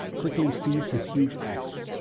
quickly seized his huge axe,